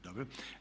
Dobro.